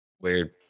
Weird